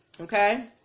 okay